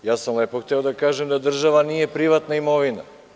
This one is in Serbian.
Lepo sam hteo da kažem da država nije privatna imovina.